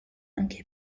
anche